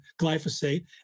glyphosate